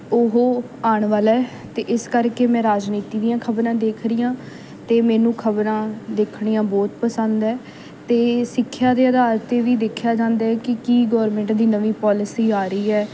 ਉਹ ਆਉਣ ਵਾਲਾ ਹੈ ਅਤੇ ਇਸ ਕਰਕੇ ਮੈਂ ਰਾਜਨੀਤੀ ਦੀਆਂ ਖ਼ਬਰਾਂ ਦੇਖ ਰਉ ਹਾਂ ਅਤੇ ਮੈਨੂੰ ਖ਼ਬਰਾਂ ਦੇਖਣੀਆਂ ਬਹੁਤ ਪਸੰਦ ਹੈ ਅਤੇ ਸਿੱਖਿਆ ਦੇ ਅਧਾਰ 'ਤੇ ਵੀ ਦੇਖਿਆ ਜਾਂਦਾ ਹੈ ਕੇ ਕੀ ਗੌਰਮਿੰਟ ਦੀ ਨਵੀਂ ਪੋਲਿਸੀ ਆ ਰਹੀ ਹੈ